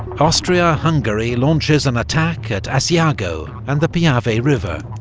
austria-hungary launches an attack at asiago and the piave river,